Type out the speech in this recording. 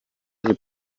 del